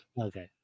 Okay